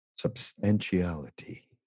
substantiality